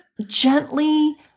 gently